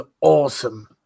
awesome